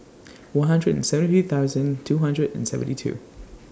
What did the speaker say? one hundred and seventy three thousand two hundred and seventy two